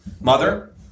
mother